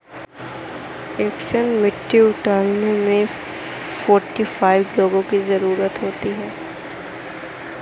एक टन मिर्ची उतारने में कितने लोगों की ज़रुरत होती है?